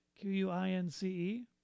Q-U-I-N-C-E